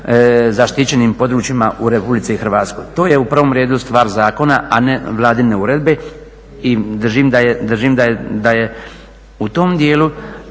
zaštićenim područjima u RH. To je u prvom redu stvar zakona, a ne vladine uredbe i držim da je u tom dijelu